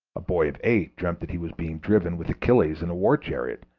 a boy of eight dreamt that he was being driven with achilles in a war-chariot,